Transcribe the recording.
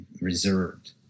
reserved